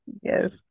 Yes